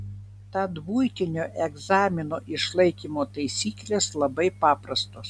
tad buitinio egzamino išlaikymo taisyklės labai paprastos